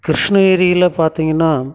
கிருஷ்ணகிரியில் பார்த்தீங்கன்னா